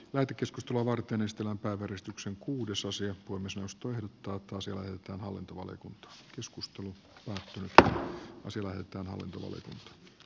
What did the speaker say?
lähetekeskustelua varten ystävänpäiväristuksen kuudes osia kuin puhemiesneuvosto ehdottaa toisiaan samalla tavalla kuin keskustan että asia lähetetään hallintovaliokuntaan